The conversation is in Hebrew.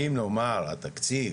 אם נאמר התקציב